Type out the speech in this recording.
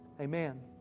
Amen